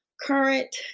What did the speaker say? current